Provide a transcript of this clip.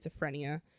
schizophrenia